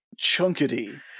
chunkity